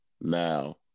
now